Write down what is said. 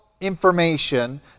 information